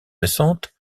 récente